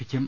ഭിക്കും